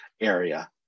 area